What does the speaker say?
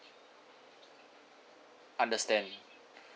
understand